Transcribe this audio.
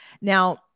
Now